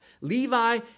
Levi